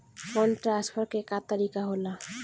Fund transfer के का तरीका होला?